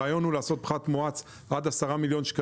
הרעיון הוא לעשות פחת מואץ עד 10 מיליון ₪